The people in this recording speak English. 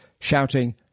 shouting